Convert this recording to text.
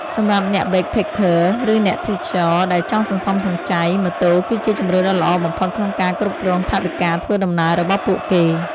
សម្រាប់អ្នកបេកផេកខឺ ឬអ្នកទេសចរណ៍ដែលចង់សន្សំសំចៃ ម៉ូតូគឺជាជម្រើសដ៏ល្អបំផុតក្នុងការគ្រប់គ្រងថវិកាធ្វើដំណើររបស់ពួកគេ។